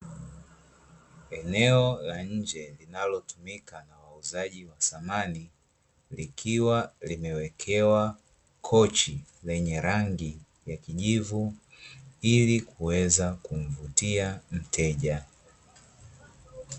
Eneo la nje linalotumika na wauzaji wa samani, likiwa limewekewa kochi lenye rangi ya kijivu, ili kuweza kumvutia mteja.